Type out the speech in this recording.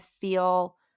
feel